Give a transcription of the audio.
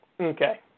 okay